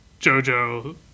JoJo